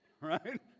right